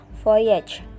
Voyage